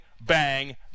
bang